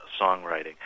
songwriting